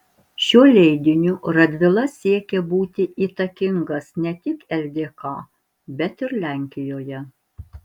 šiuo leidiniu radvila siekė būti įtakingas ne tik ldk bet ir lenkijoje